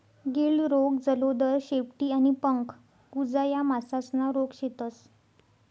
गिल्ड रोग, जलोदर, शेपटी आणि पंख कुजा या मासासना रोग शेतस